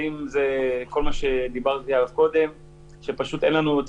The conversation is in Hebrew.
אם זה כל מה שדיברתי עליו קודם שפשוט אין לנו את